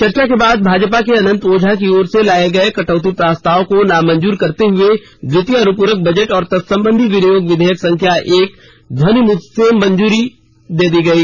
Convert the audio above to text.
चर्चा के बाद भाजपा के अनंत ओझा की ओर से लाये गये कटौती प्रस्ताव को नामंजूर करते हुए द्वितीय अनुपूरक बजट और तत्संबंधी विनियोग विधेयक संख्या एक को ध्वनिमत से मंजूरी प्रदान कर दी गयी